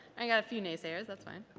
i got a few naysayers, that's fine.